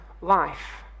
life